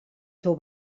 seu